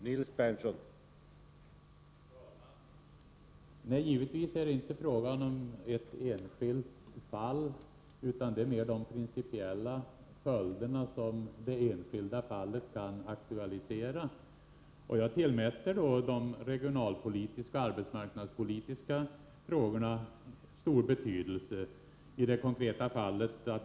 Herr talman! Nej, givetvis är det inte främst fråga om ett enskilt fall, utan mer om de principiella följder som det enskilda fallet kan aktualisera. Jag tillmäter likväl de regionalpolitiska och arbetsmarknadspolitiska frågorna stor betydelse i det konkreta fallet.